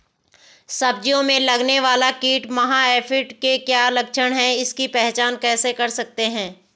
सब्जियों में लगने वाला कीट माह एफिड के क्या लक्षण हैं इसकी पहचान कैसे कर सकते हैं?